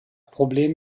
problem